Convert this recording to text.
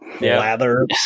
lather